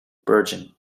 bergen